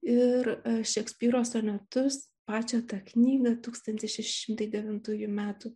ir šekspyro sonetus pačią tą knygą tūkstantis šeši šimtai devintųjų metų